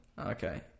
okay